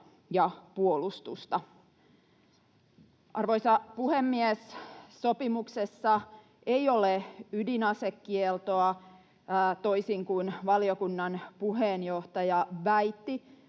ja puolustusta. Arvoisa puhemies! Sopimuksessa ei ole ydinasekieltoa toisin kuin valiokunnan puheenjohtaja väitti,